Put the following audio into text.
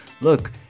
Look